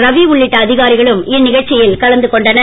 ரவி உள்ளிட்ட அதிகாரிகளும் இந்நிகழ்ச்சியில் கலந்து கொண்டனர்